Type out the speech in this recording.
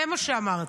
זה מה שאמרתי.